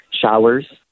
showers